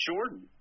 Jordan